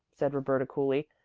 said roberta coolly.